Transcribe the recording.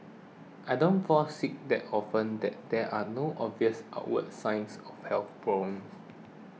I don't fall sick that often that there are no obvious outward signs of health problems